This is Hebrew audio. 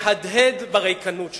מהדהד בריקנות שלו.